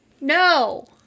No